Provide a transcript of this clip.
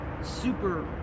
super